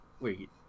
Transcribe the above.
Wait